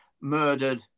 murdered